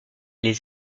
les